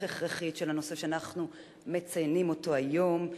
הכרחית של הנושא שאנחנו מציינים היום,